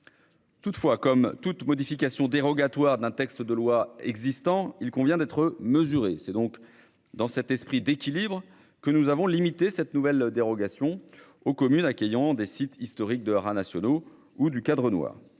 Toutefois, comme toute modification dérogatoire d'un texte de loi existant, il convient d'être mesuré. C'est donc dans cet esprit d'équilibre que nous avons limité, cette nouvelle dérogation aux communes accueillant des sites historiques de haras nationaux ou du Cadre Noir